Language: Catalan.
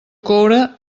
coure